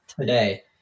today